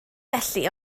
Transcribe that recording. felly